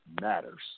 matters